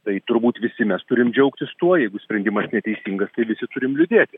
tai turbūt visi mes turim džiaugtis tuo jeigu sprendimas neteisingas tai visi turim liūdėti